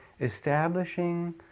establishing